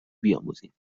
بیاموزیم